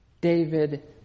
David